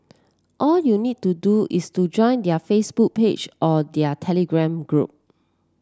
all you need to do is to join their Facebook page or their Telegram group